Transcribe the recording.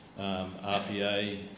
RPA